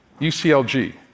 UCLG